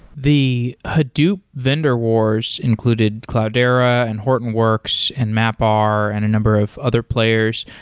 the hadoop vendor wars included cloudera, and hortonworks, and mapr, and a number of other players.